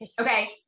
Okay